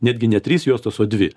netgi ne trys juostos o dvi